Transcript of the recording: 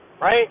right